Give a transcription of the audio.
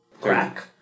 crack